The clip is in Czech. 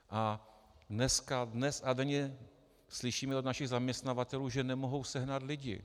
A dnes a denně slyšíme od našich zaměstnavatelů, že nemohou sehnat lidi.